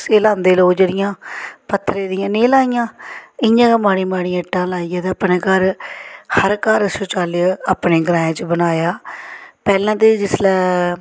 किश एह् लांदे लोक जेह्ड़ियां पत्थर दियां नेह् लाइयां इ'यां गै माड़ी माड़ी इट्टां लाइयै ते अपने घर हर घर शौचालय अपने ग्राएं च बनाया पैह्लें ते जिसलै